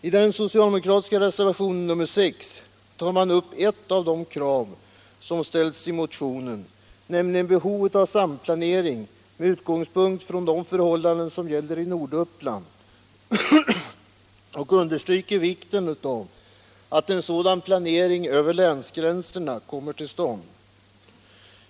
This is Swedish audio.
I den socialdemokratiska reservationen nr 6 tar man upp ett av de krav som ställs i motionen, nämligen behovet av samplanering med utgångspunkt i de förhållanden som gäller i Norduppland, och understryker vikten av att en sådan planering över länsgränserna kommer till stånd.